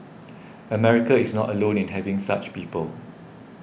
America is not alone in having such people